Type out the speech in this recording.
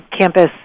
campus